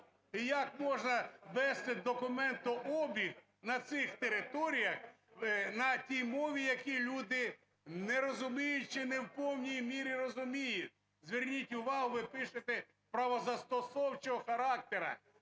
І як можна вести документообіг на цих територіяхна тій мові, яку люди не розуміють чи не в повній мірі розуміють? Зверніть увагу, ви пишете "правозастосовчого характеру".